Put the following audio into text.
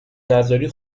نذاری